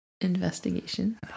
Investigation